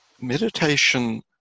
meditation